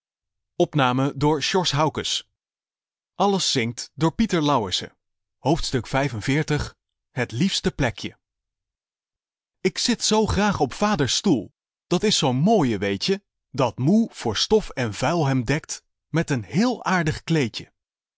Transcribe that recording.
het liefste plekje ik zit zoo graag op vaders stoel dat is zoo'n mooie weet-je dat moe voor stof en vuil hem dekt met een heel aardig kleedje